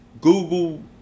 Google